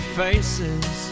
faces